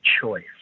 choice